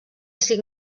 cinc